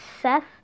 Seth